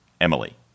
Emily